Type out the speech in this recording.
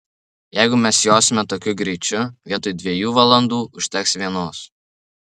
jeigu mes josime tokiu greičiu vietoj dviejų valandų užteks vienos